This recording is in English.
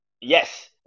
Yes